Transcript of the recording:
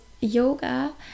yoga